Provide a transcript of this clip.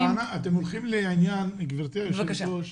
גברתי היושבת-ראש,